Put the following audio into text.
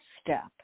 step